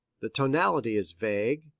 the tonality is vague,